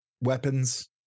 weapons